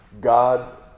God